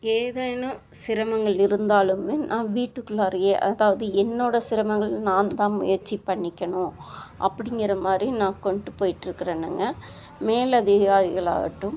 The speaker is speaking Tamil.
ஏதேனும் சிரமங்கள் இருந்தாலுமே நா வீட்டுக்குள்ளாரையே அதாவது என்னோடய சிரமங்களை நான் தான் முயற்சி பண்ணிக்கணும் அப்படிங்கிற மாதிரி நான் கொண்ட்டு போயிட்டு இருக்கிறேனுங்க மேல் அதிகாரிகள் ஆகட்டும்